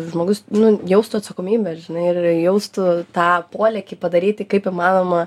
žmogus nu jaustų atsakomybę žinai ir jaustų tą polėkį padaryti kaip įmanoma